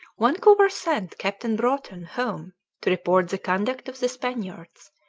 vancouver sent captain broughton home to report the conduct of the spaniards,